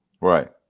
Right